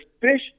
fish